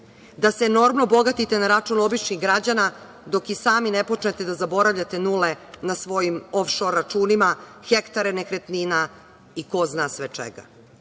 Da se enormno bogatite na račun običnih građana dok i sami ne počnete da zaboravljate nule na svojim ofšor računima, hektare nekretnina i ko zna sve čega.